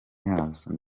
matyazo